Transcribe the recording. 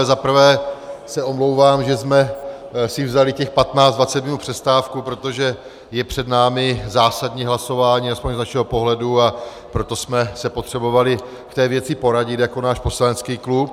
Za prvé se omlouvám, že jsme si vzali těch patnáct dvacet minut přestávku, protože je před námi zásadní hlasování, aspoň z našeho pohledu, a proto jsme se potřebovali v té věci poradit jako náš poslanecký klub.